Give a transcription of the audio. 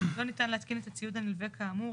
לא ניתן להתקין את הציוד הנלווה כאמור,